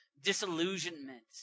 disillusionment